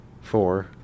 four